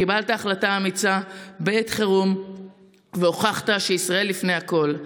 קיבלת החלטה אמיצה בעת חירום והוכחת שישראל לפני הכול.